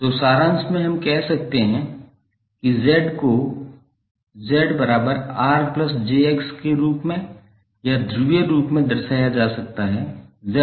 तो सारांश में आप कह सकते हैं कि Z को 𝒁𝑅𝑗𝑋 के रूप में या ध्रुवीय रूप में दर्शाया जा सकता है 𝒁